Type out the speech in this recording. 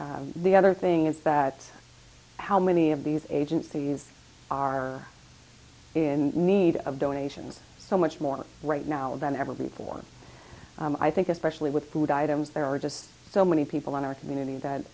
the other thing is that how many of these agencies are in need of donations so much more right now than ever before i think especially with food items there are just so many people in our community that